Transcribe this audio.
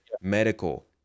medical